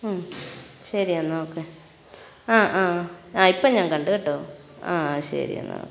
ശരി എന്നാൽ ഓക്കെ ആ ആ ആ ഇപ്പോൾ ഞാൻ കണ്ടു കേട്ടോ ആ ശരി എന്നാൽ ഓക്കെ